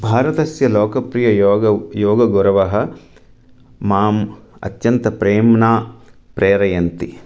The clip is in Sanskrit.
भारतस्य लोकप्रिययोगः योगगुरवः माम् अत्यन्तप्रेम्णा प्रेरयन्ति